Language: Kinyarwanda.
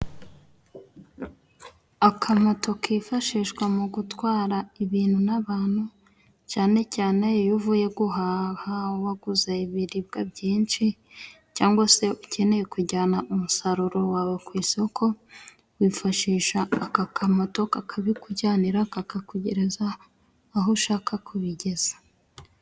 Akamoto kifashishwa mu gutwara ibintu n'abantu cyane cyane iyo uvuye guhaha waguze ibiribwa byinshi cyangwa se ukeneye kujyana umusaruro wawe ku isoko wifashisha aka kamoto kakabikujyanira kakakugereza aho ushaka kubigeza.